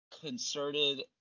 concerted